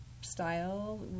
style